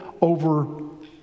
over